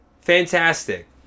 fantastic